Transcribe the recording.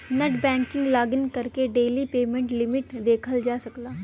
net banking login करके daily payment limit देखल जा सकला